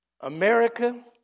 America